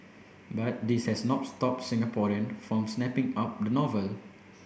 but this has not stopped Singaporean from snapping up the novel